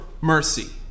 mercy